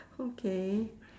okay